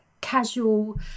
casual